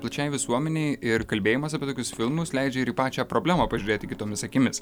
plačiai visuomenei ir kalbėjimas apie tokius filmus leidžia ir į pačią problemą pažiūrėti kitomis akimis